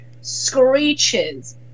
screeches